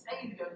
Savior